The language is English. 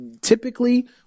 typically